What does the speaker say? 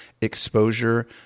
exposure